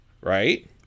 right